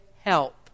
help